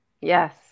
Yes